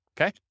Okay